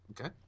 Okay